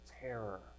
terror